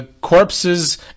corpses